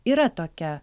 yra tokia